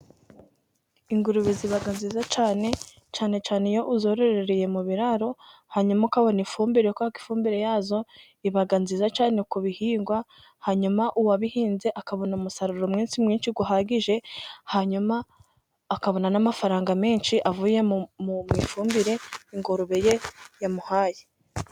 Ingurube ziba nziza cyane cyane iyo uzororereye mu biraro, hanyuma ukabona ifumbire kuberako ifumbire yazo iba nziza cyane ku bihingwa, hanyuma uwabihinze akabona umusaruro mwinshi mwinshi uhagije hanyuma akabona n'amafaranga menshi avuye mu ifumbire ingurube ye yamuhaye.